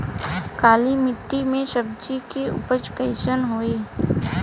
काली मिट्टी में सब्जी के उपज कइसन होई?